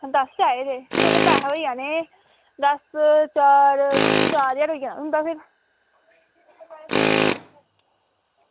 तुसें दस्स चाहिदे तुंदे पैसे होई जाने बस चार ज्हार होई जाना तुं'दा भी